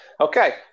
Okay